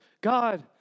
God